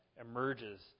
emerges